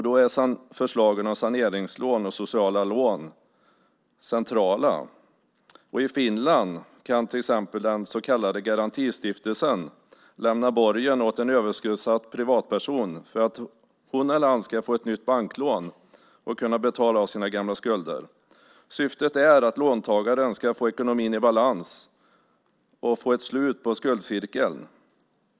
Då är förslagen om saneringslån och sociala lån centrala. I Finland kan Garantistiftelsen ställa borgen åt en överskuldsatt privatperson för att hon eller han ska få ett banklån och kunna betala av sina gamla skulder. Syftet är att låntagaren ska få ekonomin i balans och få ett slut på skuldcirkeln.